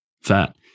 fat